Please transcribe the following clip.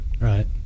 Right